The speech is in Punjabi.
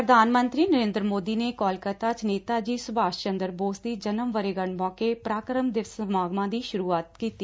ਪੁਧਾਨ ਮੰਤਰੀ ਨਰੇਂਦਰ ਮੋਦੀ ਨੇ ਕੋਲਕਾਤਾ ਚ ਨੇਤਾ ਜੀ ਸੁਭਾਸ਼ ਚੰਦਰ ਬੋਸ ਦੀ ਜਨਮ ਵਰੇਗੰਢ ਮੌਕੇ ਪਰਾਕੁਮ ਦਿਵਸ ਸਮਾਗਮਾ ਦੀ ਸ਼ਰੁਆਤ ਕੀਡੀ